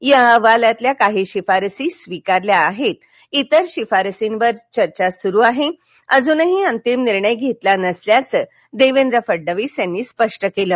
या अहवालातल्या काही शिफारसी स्वीकारल्या आहेत इतर शिफारशींवर चर्चा सुरु आहे अजुनही अंतिम निर्णय घेतला नसल्याचं देवेंद्र फडणवीस यांनी स्पष्ट केलं